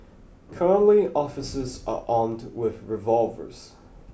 currently officers are armed with revolvers